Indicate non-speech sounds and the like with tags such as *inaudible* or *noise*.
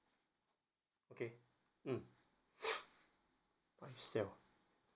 okay mm *breath* myself